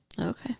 Okay